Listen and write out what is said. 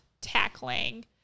tackling